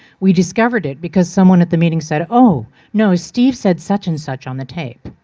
we discovered it because someone at the meeting said, oh, no, steve said such and such on the tape.